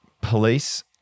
police